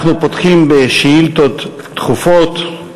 אנחנו פותחים בשאילתות דחופות.